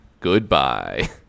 Goodbye